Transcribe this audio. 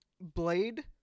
Blade